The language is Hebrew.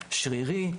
שרירי,